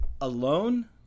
alone